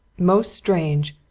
most strange!